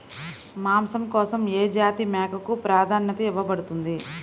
మాంసం కోసం ఏ జాతి మేకకు ప్రాధాన్యత ఇవ్వబడుతుంది?